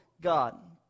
God